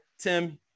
Tim